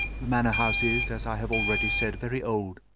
the manor-house is, as i have already said, very old,